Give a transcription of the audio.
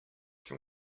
from